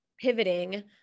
pivoting